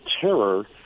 terror